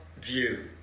view